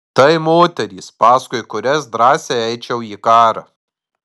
tai moterys paskui kurias drąsiai eičiau į karą